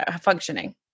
functioning